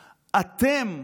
אתם,